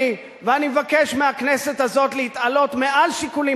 ואני מבקש מהכנסת הזאת להתעלות מעל שיקולים